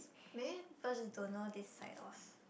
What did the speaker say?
maybe people just don't know this side of